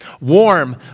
warm